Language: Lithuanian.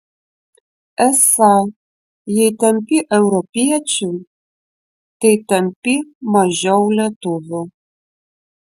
esą jei tampi europiečiu tai tampi mažiau lietuviu